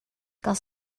gael